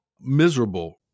miserable